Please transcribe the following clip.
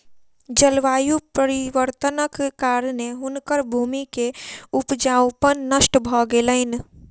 जलवायु परिवर्तनक कारणेँ हुनकर भूमि के उपजाऊपन नष्ट भ गेलैन